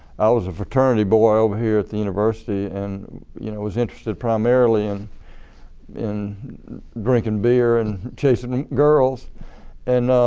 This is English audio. i was a fraternity boy um here at the university and i you know was interested primarily and in drinking beer and chasing girls and